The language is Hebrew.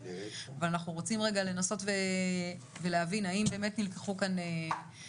אבל אנחנו רוצים רגע לנסות ולהבין האם באמת נלקחו כאן שיקולים